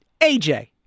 AJ